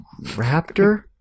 Raptor